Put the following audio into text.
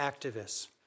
activists